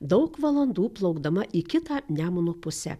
daug valandų plaukdama į kitą nemuno pusę